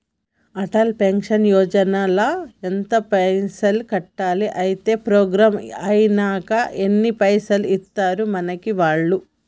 Atal pension Yojana ల ఎంత పైసల్ కట్టాలి? అత్తే ప్రోగ్రాం ఐనాక ఎన్ని పైసల్ ఇస్తరు మనకి వాళ్లు?